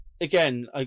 Again